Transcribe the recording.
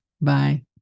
Bye